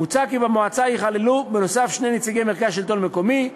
מוצע כי במועצה ייכללו בנוסף שני נציגי מרכז השלטון המקומי,